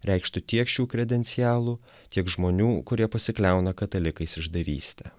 reikštų tiek šių kredencialų tiek žmonių kurie pasikliauna katalikais išdavyste